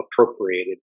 appropriated